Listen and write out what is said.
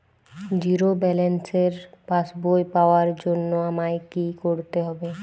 Zero ব্যালেন্সের পাসবই পাওয়ার জন্য আমায় কী করতে হবে?